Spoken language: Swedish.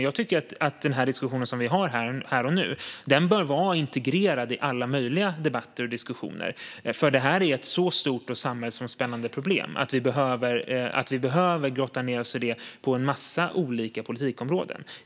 Jag tycker att den diskussion som vi för här och nu bör vara integrerad i alla möjliga debatter och diskussioner, för detta är ett så stort och samhällsomspännande problem att vi behöver grotta ned oss i det på en massa olika politikområden.